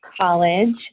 college